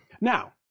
Now